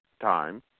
time